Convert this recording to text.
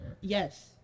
Yes